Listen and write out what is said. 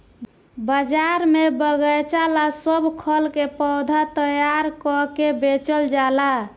बाजार में बगएचा ला सब खल के पौधा तैयार क के बेचल जाला